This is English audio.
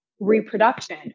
reproduction